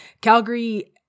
Calgary